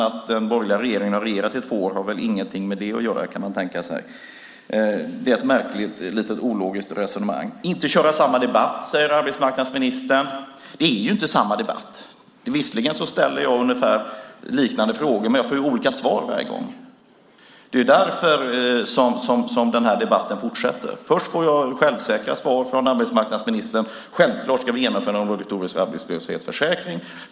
Att den borgerliga regeringen har regerat i två år har väl ingenting med det att göra, kan man tänka sig. Det är ett märkligt, lite ologiskt resonemang. Inte köra samma debatt, säger arbetsmarknadsministern. Det är ju inte samma debatt. Visserligen ställer jag ungefär likadana frågor, men jag får ju olika svar varje gång. Det är därför som den här debatten fortsätter. Först får jag självsäkra svar från arbetsmarknadsministern. Självklart ska vi genomföra en obligatorisk arbetslöshetsförsäkring!